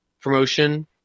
promotion